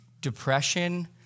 depression